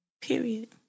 period